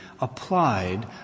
applied